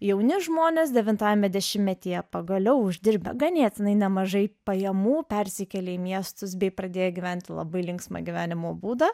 jauni žmonės devintajame dešimtmetyje pagaliau uždirba ganėtinai nemažai pajamų persikėlė į miestus bei pradėjo gyventi labai linksmą gyvenimo būdą